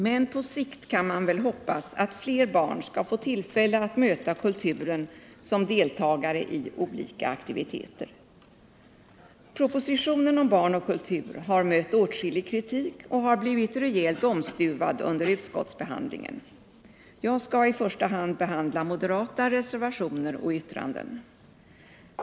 Men på sikt kan man väl hoppas att fler barn skall få tillfälle att möta kulturen som deltagare i olika aktiviteter. Propositionen om barn och kultur har mött åtskillig kritik och blivit rejält omstuvad under utskottsbehandlingen. Jag skall i första hand behandla moderata reservationer och yttranden.